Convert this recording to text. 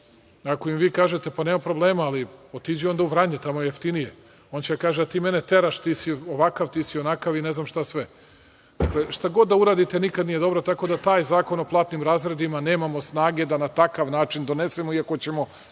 Ako im vi kažete, pa nema problema, ali otiđi onda u Vranje tamo je jeftinije, on će da kaže, a ti mene teraš, ti si ovakav, ti si onakav i ne znam šta sve. Dakle, šta god da uradite nikad nije dobro. Tako da taj Zakon o platnim razredima nemamo snage da na takav način donesemo, iako ćemo